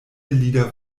lieder